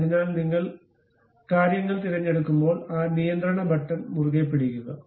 അതിനാൽ നിങ്ങൾ കാര്യങ്ങൾ തിരഞ്ഞെടുക്കുമ്പോൾ ആ നിയന്ത്രണ ബട്ടൺ മുറുകെ പിടിക്കുക